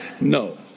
No